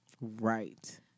Right